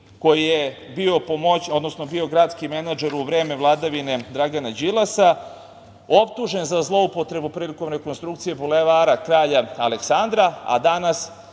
koji je bio gradski menadžer u vreme vladavine Dragana Đilasa, optužen za zloupotrebu prilikom rekonstrukcije Bulevara Kralja Aleksandra, a danas